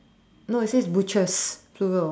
no it says butchers plural